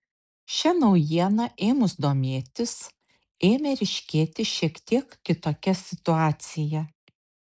šia naujiena ėmus domėtis ėmė ryškėti šiek tiek kitokia situacija